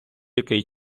який